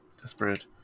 Desperate